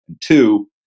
Two